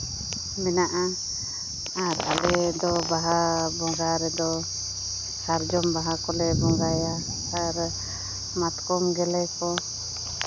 ᱢᱮᱱᱟᱜᱼᱟ ᱟᱨ ᱟᱞᱮ ᱫᱚ ᱵᱟᱦᱟ ᱵᱚᱸᱜᱟ ᱨᱮᱫᱚ ᱥᱟᱨᱡᱚᱢ ᱵᱟᱦᱟ ᱠᱚᱞᱮ ᱵᱚᱸᱜᱟᱭᱟ ᱟᱨ ᱢᱟᱛᱠᱚᱢ ᱜᱮᱞᱮ ᱠᱚ